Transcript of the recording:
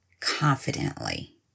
confidently